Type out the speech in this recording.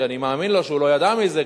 שאני מאמין לו שהוא לא ידע מזה,